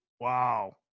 Wow